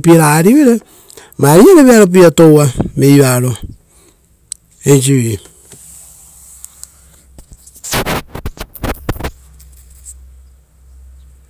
purasi.